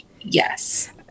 Yes